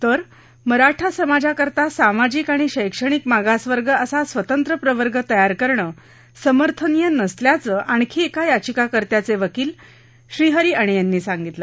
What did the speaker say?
तर मराठा समाजाकरता सामाजिक आणि शैक्षणिक मागासवर्ग असा स्वतंत्र प्रवर्ग तयार करणं समर्थनीय नसल्याचं आणखी एका याचिकाकर्त्याचे वकील श्रहरी अणे यांनी सांगितलं